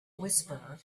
whisperer